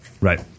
Right